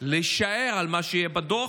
ולשער מה יהיה בדוח,